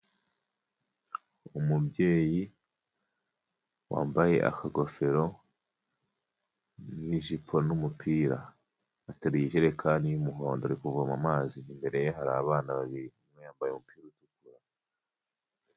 Umubyeyi wambaye akagofero n'ijipo n'umupira ateruye ijerekani y'umuhondo uri kuvoma amazi imbere ye hari abana babiri umwe yambaye umupira utukura.